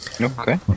Okay